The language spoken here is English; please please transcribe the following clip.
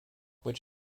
which